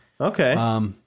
Okay